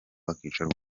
bakicara